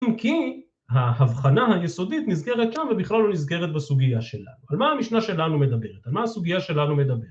אם ‫כי ההבחנה היסודית נסגרת שם ‫ובכלל לא נסגרת בסוגיה שלנו. ‫על מה המשנה שלנו מדברת? ‫על מה הסוגיה שלנו מדברת?